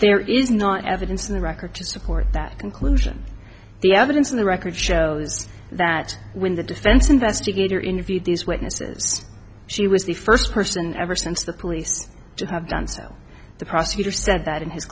there is not evidence in the record to support that conclusion the evidence in the record shows that when the defense investigator interviewed these witnesses she was the first person ever since the police to have done so the prosecutor said that in his